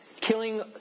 killing